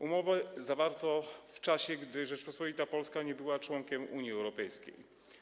Umowę zawarto w czasie, gdy Rzeczpospolita Polska nie była członkiem Unii Europejskiej.